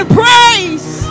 praise